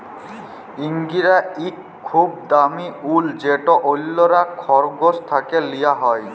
ইঙ্গরা ইক খুব দামি উল যেট অল্যরা খরগোশ থ্যাকে লিয়া হ্যয়